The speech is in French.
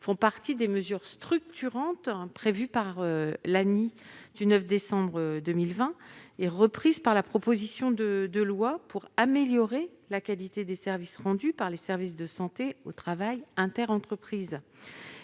font partie des mesures structurantes prévues par l'ANI du 9 décembre 2020 et reprises par la proposition de loi, pour améliorer la qualité des services rendus par les services de prévention et de santé au travail interentreprises.